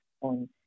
on